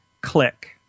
click